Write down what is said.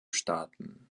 starten